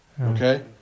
Okay